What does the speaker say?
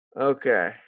Okay